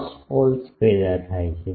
cross poles પેદા થાય છે